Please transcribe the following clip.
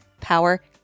power